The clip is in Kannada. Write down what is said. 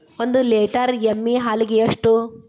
ಒಂದು ಲೇಟರ್ ಎಮ್ಮಿ ಹಾಲಿಗೆ ಎಷ್ಟು?